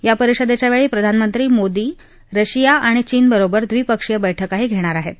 या परिषदच्या वछी प्रधानमंत्री मोदी रशिया आणि चीनबरोबर द्विपक्षीय बैठकाही घण्णेर आहत